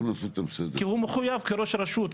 כי הוא מחויב כראש הרשות,